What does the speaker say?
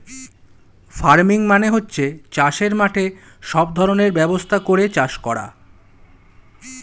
farming মানে হচ্ছে চাষের মাঠে সব ধরনের ব্যবস্থা করে চাষ করা